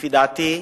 לפי דעתי,